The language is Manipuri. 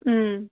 ꯎꯝ